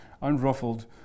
unruffled